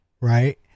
Right